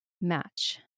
match